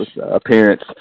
appearance